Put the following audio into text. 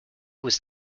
was